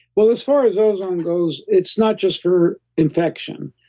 well, as far as ozone goes, it's not just for infection.